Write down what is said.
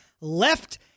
left